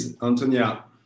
Antonia